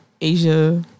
Asia